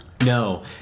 No